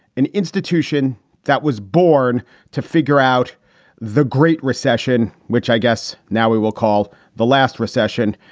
an institution that was born to figure out the great recession, which i guess now we will call the last recession.